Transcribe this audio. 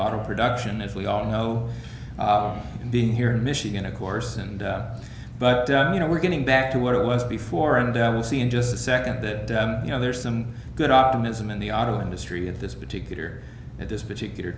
auto production as we all know being here in michigan of course and but you know we're getting back to where it was before and i will see in just a second that you know there are some good optimism in the auto industry at this particular at this particular